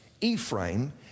Ephraim